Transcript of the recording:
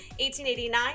1889